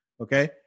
okay